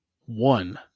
One